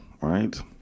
right